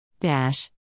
Dash